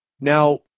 Now